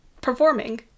performing